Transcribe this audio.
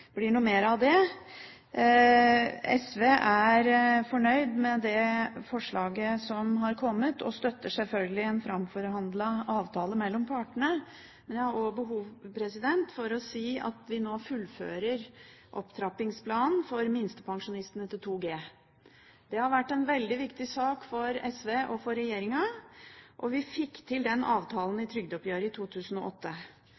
blir noe mer av dét. SV er fornøyd med det forslaget som har kommet, og støtter selvfølgelig en framforhandlet avtale mellom partene. Jeg har også behov for å si at vi nå fullfører opptrappingsplanen for de enslige minstepensjonistene, slik at disse får en inntekt tilsvarende 2 G. Dette har vært en veldig viktig sak for SV og for regjeringen. Vi fikk til denne avtalen